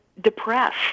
depressed